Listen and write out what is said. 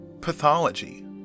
pathology